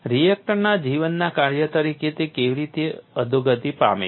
રિએક્ટરના જીવનના કાર્ય તરીકે તે કેવી રીતે અધોગતિ પામી છે